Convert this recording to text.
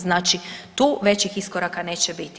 Znači tu većih iskoraka neće biti.